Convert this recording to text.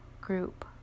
group